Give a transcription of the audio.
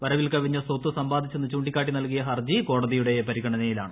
വരവിൽകവിഞ്ഞ സ്വത്ത് സമ്പാദിച്ചെന്ന് ചൂണ്ടിക്കാട്ടി നൽകിയ ഹർജി കോടതിയുടെ പരിഗണനയിലാണ്